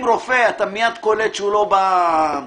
אם אתה קולט רופא